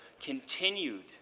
continued